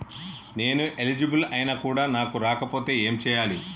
నేను ఎలిజిబుల్ ఐనా కూడా నాకు రాకపోతే ఏం చేయాలి?